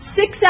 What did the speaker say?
six